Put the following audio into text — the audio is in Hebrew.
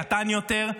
קטן יותר,